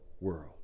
world